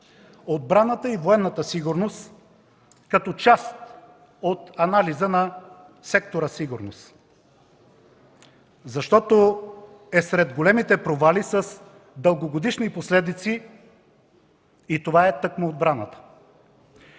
отбраната и военната сигурност като част от анализа на сектора „Сигурност“. Защото сред големите провали с дългогодишни последици е тъкмо отбраната.